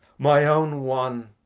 my own one!